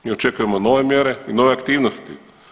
Mi očekujemo nove mjere i nove aktivnosti.